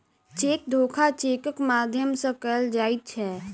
cheque धोखा चेकक माध्यम सॅ कयल जाइत छै